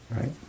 right